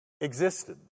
existed